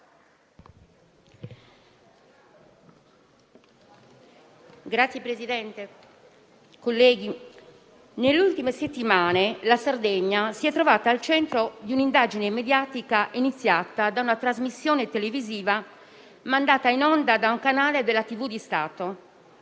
Signor Presidente, colleghi, nelle ultime settimane la Sardegna si è trovata al centro di un'indagine mediatica iniziata da una trasmissione mandata in onda da un canale della televisione di Stato.